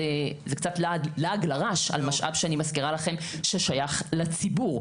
זה קצת לעג לרש על משאב שאני מזכירה לכם ששייך לציבור.